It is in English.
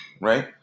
Right